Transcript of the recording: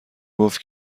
گفت